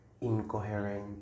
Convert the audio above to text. incoherent